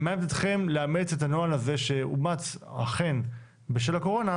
מה עמדתכם לאמץ את הנוהל הזה שאומץ אכן בשל הקורונה,